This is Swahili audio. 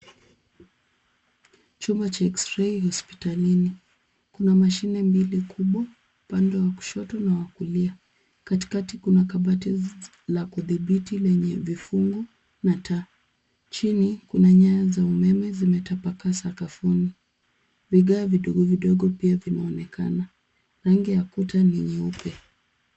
Chumba cha X ray hospitalini kuna mashine mbili kubwa upande wa kushoto na wa kulia kati kati kuna kabati la kudhibiti lenye vifungu na taa chini kuna nyaya za umeme zimetapakaa sakafuni. Vigae vidogo vidogo pia vinaonekana. Rangi ya kuta ni nyeupe.